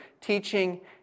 teaching